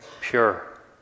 pure